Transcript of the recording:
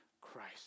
Christ